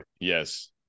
yes